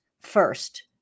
first